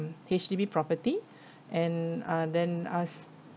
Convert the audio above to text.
H_D_B property and uh then us